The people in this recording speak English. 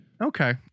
Okay